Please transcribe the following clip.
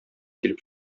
килеп